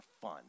fun